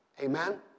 Amen